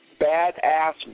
Badass